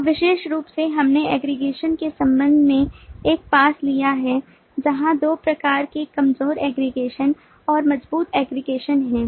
और विशेष रूप से हमने aggregation के संबंध में एक पाश लिया है जहां दो प्रकार के कमजोर aggregation और मजबूत aggregation हैं